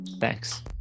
Thanks